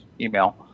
email